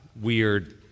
weird